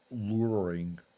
luring